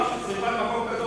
זה מעשה מטורף של שרפת מקום קדוש,